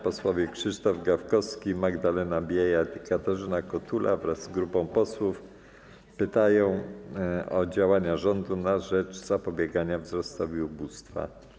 Posłowie Krzysztof Gawkowski, Magdalena Biejat i Katarzyna Kotula wraz z grupą posłów pytają o działania rządu na rzecz zapobiegania wzrostowi ubóstwa.